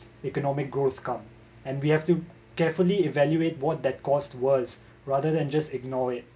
economic growth come and we have to carefully evaluate what that cost was rather than just ignore it